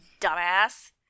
dumbass